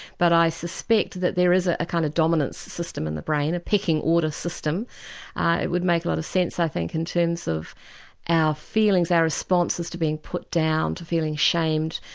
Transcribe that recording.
but i suspect that there is ah a kind of dominant system in the brain, a pecking order system, it would make a lot of sense, i think, in terms of our feelings, our responses to being put down, to feeling shamed,